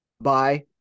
Bye